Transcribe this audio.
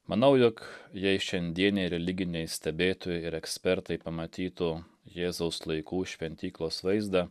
manau jog jei šiandieniai religiniai stebėtojai ir ekspertai pamatytų jėzaus laikų šventyklos vaizdą